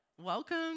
welcome